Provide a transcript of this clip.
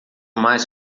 mais